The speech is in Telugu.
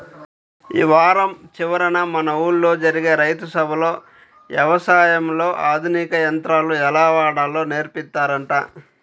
యీ వారం చివరన మన ఊల్లో జరిగే రైతు సభలో యవసాయంలో ఆధునిక యంత్రాలు ఎలా వాడాలో నేర్పిత్తారంట